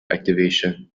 activation